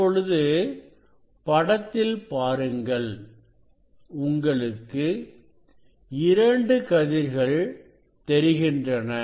இப்பொழுது படத்தில் பாருங்கள் உங்களுக்கு 2 கதிர்கள் தெரிகின்றன